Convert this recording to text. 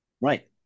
right